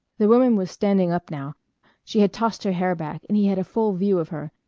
the woman was standing up now she had tossed her hair back and he had a full view of her.